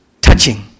Touching